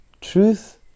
Truth